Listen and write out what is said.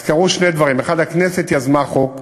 אז קרו שני דברים: 1. הכנסת יזמה חוק,